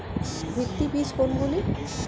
ভিত্তি বীজ কোনগুলি?